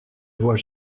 voit